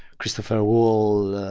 christopher wool,